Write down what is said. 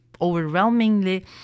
overwhelmingly